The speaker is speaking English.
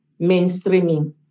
mainstreaming